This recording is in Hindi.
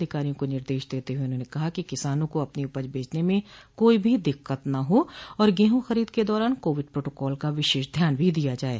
अधिकारियों को निर्देश देते हुए उन्होंने कहा कि किसानों को अपनी उपज बेचने में कोई भी दिक्कत न हो और गेहूँ खरीद के दौरान कोविड प्रोटोकाल का विशेष ध्यान भी दिया जाये